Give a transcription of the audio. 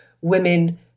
women